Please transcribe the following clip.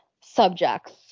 subjects